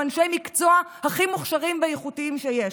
אנשי מקצוע הכי מוכשרים ואיכותיים שיש,